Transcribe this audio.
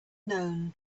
known